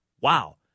Wow